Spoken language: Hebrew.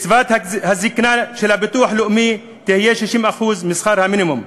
קצבת הזיקנה של הביטוח הלאומי תהיה 60% משכר המינימום.